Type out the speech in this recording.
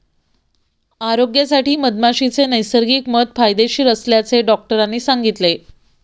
आरोग्यासाठी मधमाशीचे नैसर्गिक मध फायदेशीर असल्याचे डॉक्टरांनी सांगितले